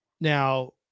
now